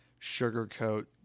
sugarcoat